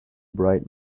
bright